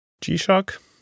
G-Shock